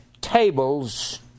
tables